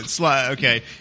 Okay